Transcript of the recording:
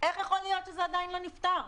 איך יכול להיות שזה עדיין לא נפתר?